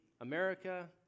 America